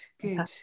good